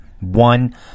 one